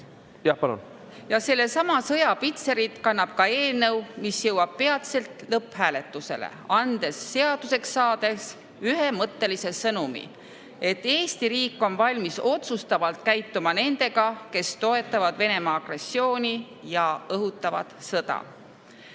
Ja sellesama sõja pitserit kannab ka eelnõu, mis jõuab peatselt lõpphääletusele, andes seaduseks saades ühemõttelise sõnumi, et Eesti riik on valmis otsustavalt käituma nendega, kes toetavad Venemaa agressiooni ja õhutavad sõda.